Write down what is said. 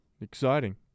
Exciting